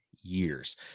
years